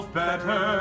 better